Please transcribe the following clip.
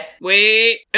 Wait